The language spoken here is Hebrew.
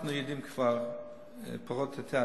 אנחנו יודעים כבר פחות או יותר,